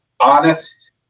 honest